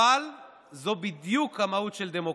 אבל זאת בדיוק המהות של דמוקרטיה,